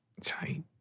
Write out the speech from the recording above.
tight